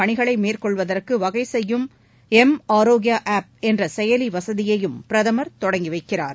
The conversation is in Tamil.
பணிகளை மேற்கொள்வதற்கு வகை செய்யும் குப்பை அகற்றும் எம் ஆரோக்கியா ஆப் என்ற செயலி வசதியையும் பிரதமர் தொடங்கி வைக்கிறார்